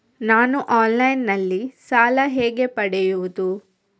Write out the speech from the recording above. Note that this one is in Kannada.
ನಾನು ಆನ್ಲೈನ್ನಲ್ಲಿ ಸಾಲ ಹೇಗೆ ಪಡೆಯುವುದು?